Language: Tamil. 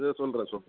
சரி சொல்கிறேன் சொல்